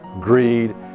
greed